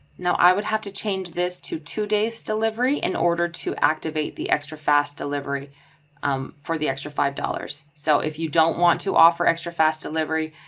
now i would have to change this to two days delivery in order to activate the extra fast delivery um for the extra five dollars. so if you don't want to offer extra fast delivery,